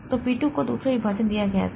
तो P 2 को दूसरा विभाजन दिया गया था